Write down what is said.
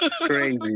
Crazy